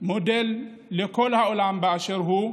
מודל לכל העולם באשר הוא.